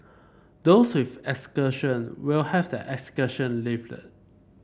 those with exclusion will have their exclusion lifted